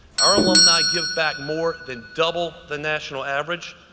our alumni give back more than double the national average